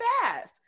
fast